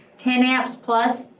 ten apps plus,